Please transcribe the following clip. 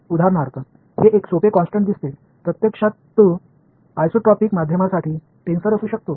उदाहरणार्थ हे एक सोपे कॉन्स्टन्ट दिसते प्रत्यक्षात तो आयसोट्रॉपिक माध्यमांसाठी टेन्सर असू शकतो